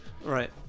Right